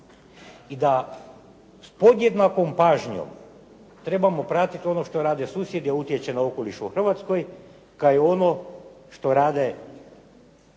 i da s podjednakom pažnjom trebamo pratiti ono što je radio susjed, a utječe na okoliš u Hrvatskoj, kao i ono što radimo